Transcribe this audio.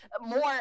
more